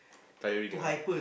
tiring ah